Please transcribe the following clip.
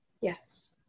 Yes